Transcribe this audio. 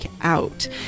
out